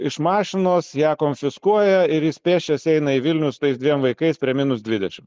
iš mašinos ją konfiskuoja ir jis pėsčias eina į vilnių su tais dviem vaikais prie minus dvidešim